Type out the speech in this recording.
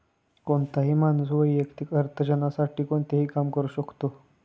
कोणताही माणूस वैयक्तिक अर्थार्जनासाठी कोणतेही काम करू शकतो